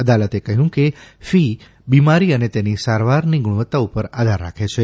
અદાલતે કહ્યુ કે ફી બિમારી અને તેની સારવારની ગુણવત્તા ઉપર આધાર રાખે છે